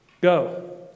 Go